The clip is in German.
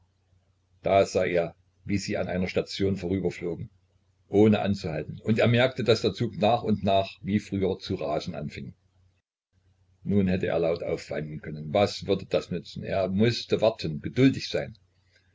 da sah er wie sie an einer station vorüberflogen ohne anzuhalten und er merkte daß der zug nach und nach wie früher zu rasen anfing nun hätte er laut aufweinen können was würde das nützen er mußte warten geduldig sein